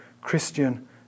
Christian